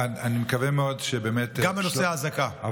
גם בנושא האזעקה.